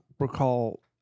Recall